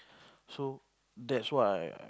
so that's what I